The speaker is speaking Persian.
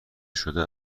شده